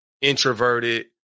introverted